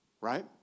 right